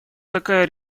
такая